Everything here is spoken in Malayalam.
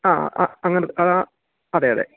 ആ ആ അങ്ങനെ അതാ അതെ അതെ